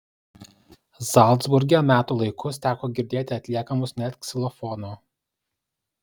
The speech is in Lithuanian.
zalcburge metų laikus teko girdėti atliekamus net ksilofono